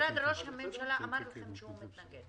משרד ראש הממשלה אמר לכם שהוא מתנגד.